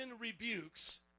rebukes